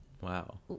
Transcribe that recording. wow